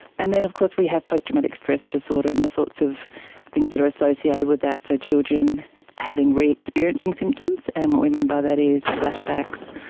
and then of course we have post-traumatic stress disorder disorder and the sorts of things that are associated with that, so children having re-experiencing symptoms, and what we mean by that is flashbacks,